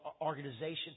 organization